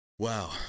Wow